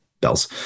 Bells